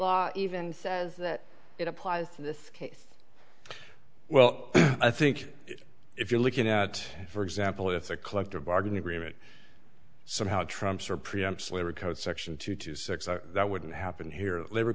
law even says that it applies to this well i think if you're looking at for example it's a collective bargaining agreement somehow trumps or preamps labor code section two to six that wouldn't happen here labor